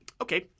Okay